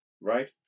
right